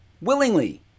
Willingly